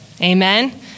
amen